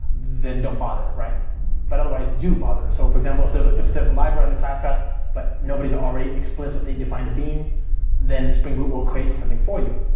then don't bother. but otherwise, do bother. so for example, if there's if there's a library in the class path but nobody is already explicitly defined bin, then spring boot will create something for you.